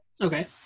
Okay